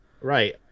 Right